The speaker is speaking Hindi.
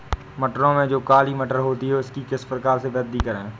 मटरों में जो काली मटर होती है उसकी किस प्रकार से वृद्धि करें?